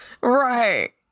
Right